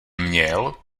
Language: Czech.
měl